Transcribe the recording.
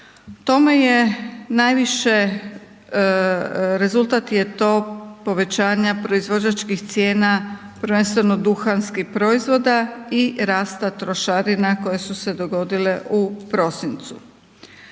tome je najviše, rezultat je to povećanja proizvođačkih cijena prvenstveno duhanskih proizvoda i rasta trošarina koje su se dogodile u prosincu.